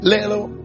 Little